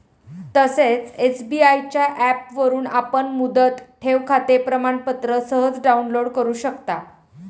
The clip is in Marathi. तसेच एस.बी.आय च्या ऍपवरून आपण मुदत ठेवखाते प्रमाणपत्र सहज डाउनलोड करु शकता